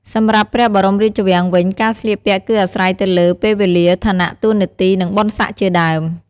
សម្រាប់ព្រះបរមរាជវាំងវិញ ការស្លៀកពាក់គឺអាស្រ័យទៅលើ ពេលវេលា ឋានៈតួនាទី និងបុណ្យស័ក្ដិជាដើម។